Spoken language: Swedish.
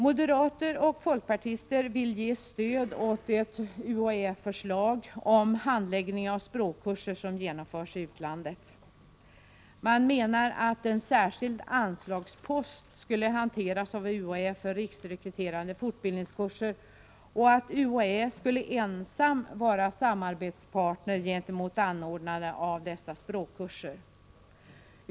Moderater och folkpartister vill ge stöd åt ett UHÄ-förslag om handläggningen av språkkurser som genomförs i utlandet. Man menar att en särskild anslagspost skulle hanteras av UHÄ för riksrekryterande fortbildningskurser och att UHÄ ensam skulle vara samarbetspartner gentemot anordnarna av dessa språkkurser.